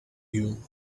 you